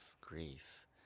grief